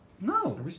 No